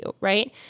right